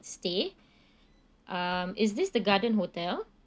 stay um is this the garden hotel